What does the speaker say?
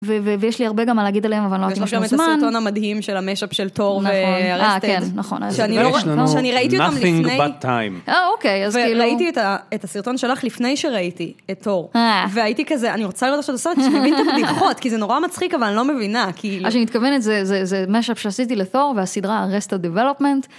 ו.. ויש לי הרבה גם הרבה מה להגיד עליהם, אבל לא אין לנו זמן. ויש גם את הסרטון המדהים של המשאפ של תור וארסטד. נכון, אה כן נכון. יש לנו Nothing but time אה כן, נכון. שאני ראיתי אותם לפני... אה אוקיי, אז כאילו. ראיתי את הסרטון שלך לפני שראיתי את תור. חחחח... והייתי כזה, אני רוצה לדעת שאת עושה את זה, כשתביני את הבדיחות, כי זה נורא מצחיק, אבל אני לא מבינה. מה שהיא מתכוונת זה משאפ שעשיתי לתור, והסדרה ארסטד דבלופמנט.